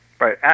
Right